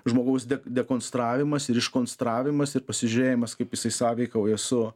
žmogaus dekonstravimas ir iškonstravimas ir pasižiūrėjimas kaip jisai sąveikavo su